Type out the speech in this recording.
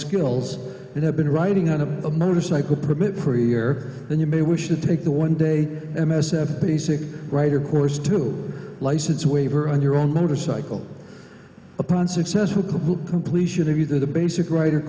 skills and have been writing on a motorcycle permit for a year and you may wish to take the one day m s f basic writer course to license a waiver on your own motorcycle upon successful completion of either the basic ri